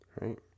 Right